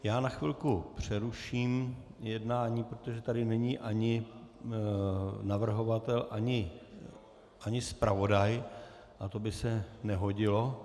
Já na chvilku přeruším jednání, protože tady není ani navrhovatel ani zpravodaj a to by se nehodilo.